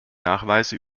nachweise